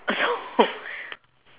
so